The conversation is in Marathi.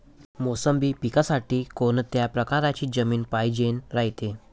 मोसंबी पिकासाठी कोनत्या परकारची जमीन पायजेन रायते?